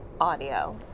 audio